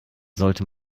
sollte